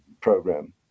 program